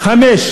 ד.